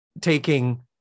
taking